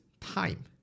time